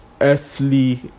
earthly